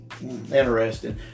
interesting